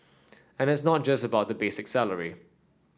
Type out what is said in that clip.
and it's not just about the basic salary